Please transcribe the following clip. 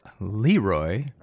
Leroy